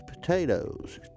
potatoes